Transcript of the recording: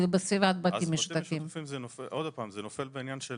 זה נופל בעניין של